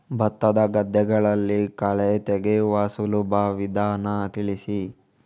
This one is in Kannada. ಭತ್ತದ ಗದ್ದೆಗಳಲ್ಲಿ ಕಳೆ ತೆಗೆಯುವ ಸುಲಭ ವಿಧಾನ ತಿಳಿಸಿ?